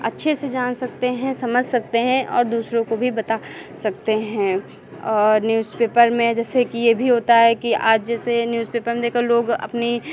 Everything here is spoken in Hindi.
अच्छे से जान सकते हैं समझ सकते हैं और दूसरों को भी बता सकते हैं और न्यूज़पेपर में जैसे कि ये भी होता है कि आज जैसे न्यूज़पेपर में लोग अपनी